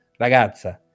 ragazza